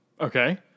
Okay